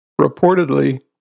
reportedly